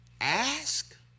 ask